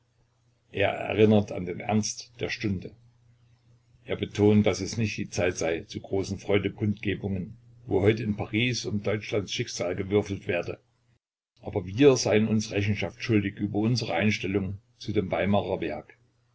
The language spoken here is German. er erinnert an den ernst der stunde er betont daß es nicht die zeit sei zu großen freudekundgebungen wo heute in paris um deutschlands schicksal gewürfelt werde aber wir seien uns rechenschaft schuldig über unsere einstellung zu dem weimarer werk